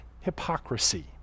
hypocrisy